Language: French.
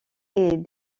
est